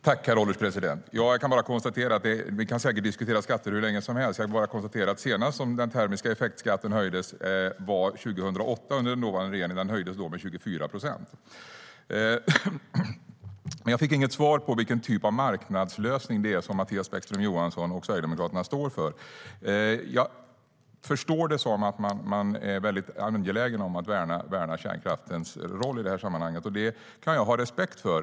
Herr ålderspresident! Vi kan säkert diskutera skatter hur länge som helst. Jag kan bara konstatera att senast den termiska effektskatten höjdes var 2008 under den dåvarande regeringen. Den höjdes då med 24 procent. Men jag fick inget svar på vilken typ av marknadslösning som Mattias Bäckström Johansson och Sverigedemokraterna står för. Jag förstår det som att de är mycket angelägna om att värna kärnkraftens roll i detta sammanhang. Det kan jag ha respekt för.